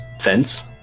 fence